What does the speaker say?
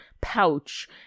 pouch